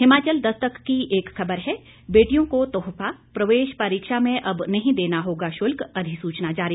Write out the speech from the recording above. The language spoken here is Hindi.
हिमाचल दस्तक की एक खबर है बेटियों को तोहफा प्रवेश परीक्षा में अब नहीं देना होगा शुल्क अधिसूचना जारी